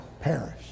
perish